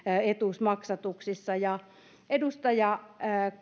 etuusmaksatuksissa edustaja